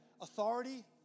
authority